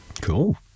Cool